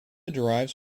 derives